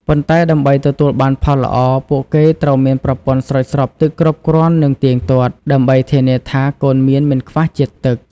ប៉ុន្តែដើម្បីទទួលបានផលល្អ ពួកគេត្រូវមានប្រព័ន្ធស្រោចស្រពទឹកគ្រប់គ្រាន់និងទៀងទាត់ ដើម្បីធានាថា កូនមៀនមិនខ្វះជាតិទឹក។